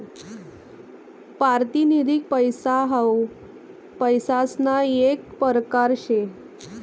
पारतिनिधिक पैसा हाऊ पैसासना येक परकार शे